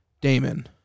Damon